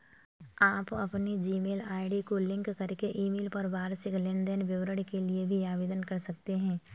आप अपनी Gmail ID को लिंक करके ईमेल पर वार्षिक लेन देन विवरण के लिए भी आवेदन कर सकते हैं